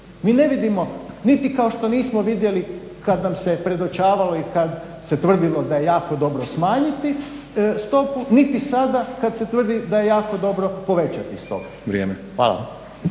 Mi ne vidimo, niti kao što nismo vidjeli kada nam se predočavalo i kad se tvrdilo da je jako dobro smanjiti stopu niti sada kad se tvrdi da je jako dobro povećati stopu. Hvala.